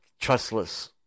trustless